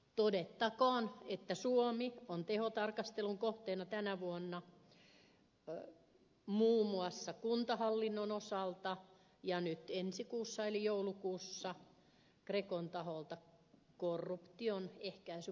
todettakoon että suomi on tehotarkastelun kohteena tänä vuonna muun muassa kuntahallinnon osalta ja nyt ensi kuussa eli joulukuussa grecon taholta korruption ehkäisyn osalta parlamentissa